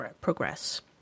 progress